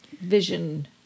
vision